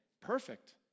perfect